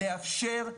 לאפשר,